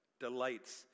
delights